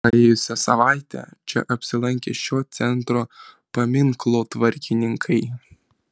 praėjusią savaitę čia apsilankė šio centro paminklotvarkininkai